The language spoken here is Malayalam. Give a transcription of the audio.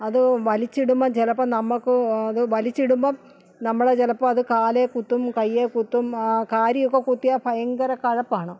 അത് വലിച്ചിടുമ്പോൾ ചിലപ്പം നമുക്ക് അത് വലിച്ചിടുമ്പോൾ നമ്മൾ ചിലപ്പോൾ അത് കാലിൽ കുത്തും കയ്യിൽ കുത്തും കാരിയക്ക കുത്തിയാൽ ഭയങ്കര കഴപ്പാണ്